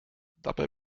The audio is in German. dabei